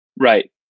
Right